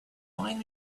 find